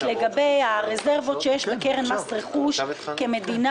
לגבי הרזרבות שיש לקרן מס רכוש כמדינה?